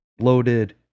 loaded